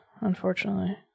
unfortunately